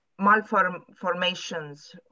malformations